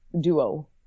duo